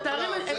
אמרת את זה.